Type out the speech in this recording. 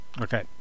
Okay